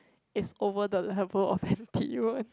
is over the level of n_t_u one